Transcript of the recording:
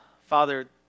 father